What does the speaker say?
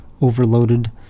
overloaded